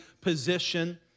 position